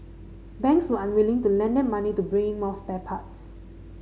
banks were unwilling to lend them money to bring in more spare parts